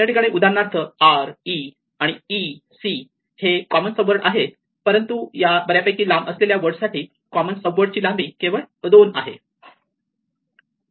या ठिकाणी उदाहरणार्थ r e आणि e c हे कॉमन सब वर्ड आहेत परंतु या बर्यापैकी लांब असलेल्या वर्ड साठी कॉमन सब वर्ड ची लांबी केवळ 2 आहे